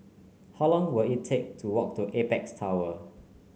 how long will it take to walk to Apex Tower